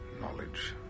knowledge